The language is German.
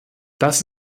das